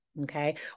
Okay